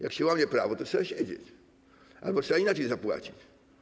Jak się łamie prawo, to trzeba siedzieć albo trzeba inaczej zapłacić.